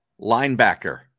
linebacker